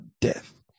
death